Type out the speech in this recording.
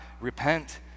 repent